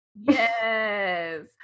Yes